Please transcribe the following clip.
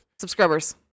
Subscribers